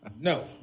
No